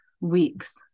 weeks